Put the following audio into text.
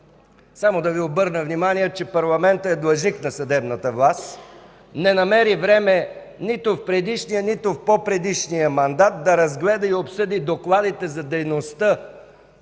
Само да Ви обърна внимание, че парламентът е длъжник на съдебната власт. Не намери време нито в предишния, нито в по-предишния мандат да разгледа и обсъди докладите за дейността